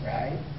right